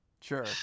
Sure